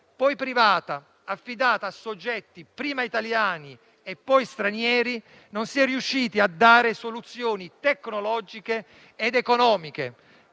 poi privata, affidata a soggetti prima italiani e poi stranieri, non si è riusciti a dare soluzioni tecnologiche ed economiche